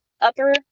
upper